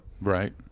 Right